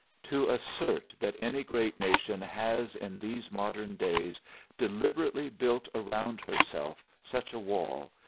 to assert that any great nation has in these modern days deliberately built around herself such a wall,